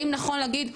האם נכון להגיד,